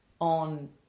on